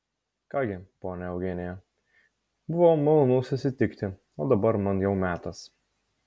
ką gi ponia eugenija buvo malonu susitikti o dabar man jau metas